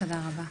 תודה רבה.